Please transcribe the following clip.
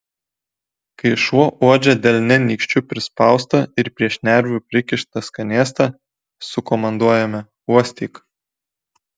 kai šuo uodžia delne nykščiu prispaustą ir prie šnervių prikištą skanėstą sukomanduojame uostyk